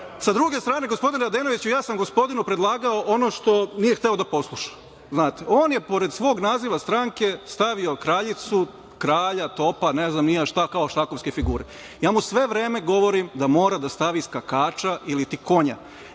Hvala. Gospodine Radenoviću, ja sam gospodinu predlagao ono što nije hteo da posluša. Znate. On je pored svog naziva stranke stavio kraljicu, kralja, topa, ne znam ni ja šta kao šahovske figure. Ja mu sve vreme govorim da mora da stavi skakača ili ti konja